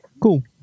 Cool